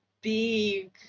big